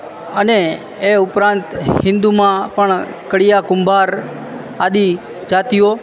અને એ ઉપરાંત હિન્દુમાં પણ કળીયા કુંભાર આદિ જાતિઓ